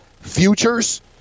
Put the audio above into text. futures